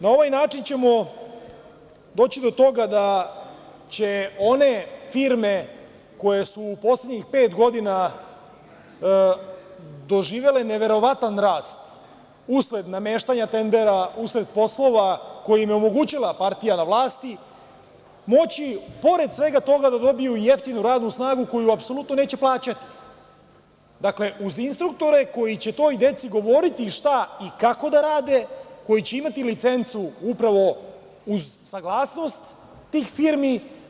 Na ovaj način ćemo doći do toga da će one firme koje su u poslednjih pet godina doživele neverovatan rast, usled nameštanja tendera, usled poslova koje omogućava partija na vlasti, moći pored svega toga da dobiju jeftinu radnu snagu koju apsolutno neće plaćati, dakle, uz instruktore koji će toj deci govoriti šta i kako da rade, koji će imati licencu upravo uz saglasnost tih firmi.